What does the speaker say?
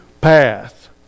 path